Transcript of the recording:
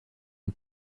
une